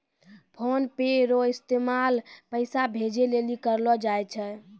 PhonePe रो इस्तेमाल पैसा भेजे लेली करलो जाय छै